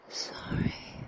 Sorry